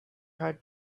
hard